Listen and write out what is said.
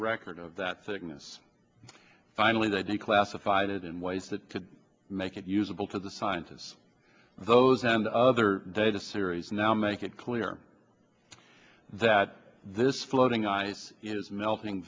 record of that sickness finally they declassified it in ways that could make it usable to the scientists those and other data series now make it clear that this floating ice is melting